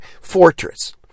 fortress